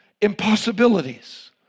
impossibilities